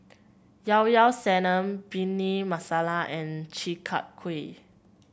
Llao Llao Sanum Bhindi Masala and Chi Kak Kuih